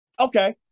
Okay